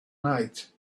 night